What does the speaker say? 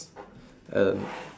and